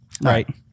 Right